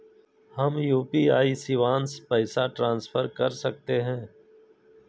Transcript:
हम यू.पी.आई शिवांश पैसा ट्रांसफर कर सकते हैं?